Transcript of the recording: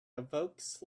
evokes